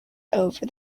over